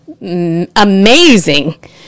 amazing